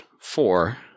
four